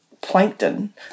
plankton